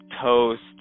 toast